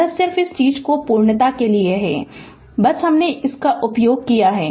यह सिर्फ इस चीज़ की पूर्णता के लिए है बस हमने इसका उपयोग किया है